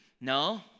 No